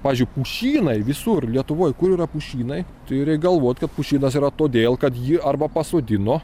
pavyzdžiui pušynai visur lietuvoj kur yra pušynai turi galvot kad pušynas yra todėl kad jį arba pasodino